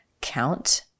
count